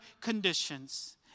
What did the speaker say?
conditions